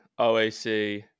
OAC